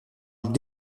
loup